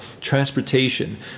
transportation